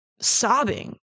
sobbing